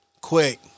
quick